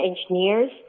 engineers